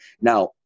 Now